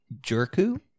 Jerku